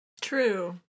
True